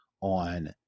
on